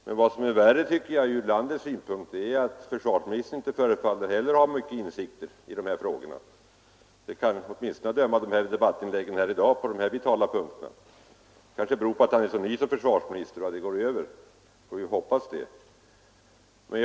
Men vad som är värre ur landets synpunkt är att försvarsministern inte heller förefaller ha mycket insikter i dessa frågor, åtminstone inte att döma av debattinläggen i dag på de vitala punkter dagens debatt gäller. Det kanske beror på att herr Holmqvist är så ny som försvarsminister och att det går över när han får tid att läsa på. Vi får hoppas det.